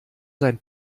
sein